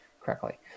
correctly